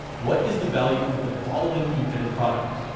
what is the value of the following infinite product?